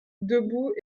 debout